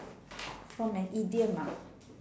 from an idiom ah